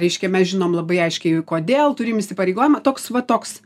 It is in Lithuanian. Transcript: reiškia mes žinom labai aiškiai kodėl turim įsipareigojimą toks va toks